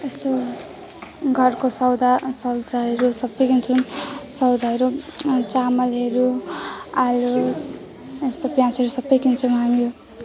यस्तो घरको सौदा सबै किन्छौँ सौदाहरू चामलहरू आलु यस्तो पियाजहरू सबै किन्छौँ हामी